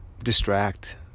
distract